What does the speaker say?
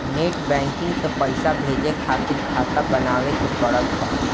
net banking से पईसा भेजे खातिर खाता बानवे के पड़त हअ